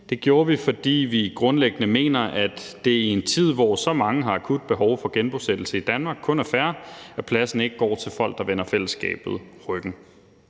Det gjorde vi, fordi vi grundlæggende mener, at det i en tid, hvor så mange har akut behov for genbosættelse i Danmark, kun er fair, at pladsen ikke går til folk, der vender fællesskabet ryggen.